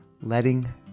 letting